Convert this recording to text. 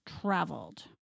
traveled